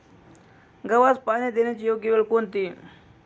गव्हास पाणी देण्याची योग्य वेळ कोणती?